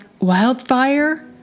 wildfire